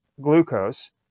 glucose